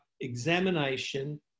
examination